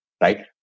right